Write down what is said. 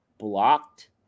blocked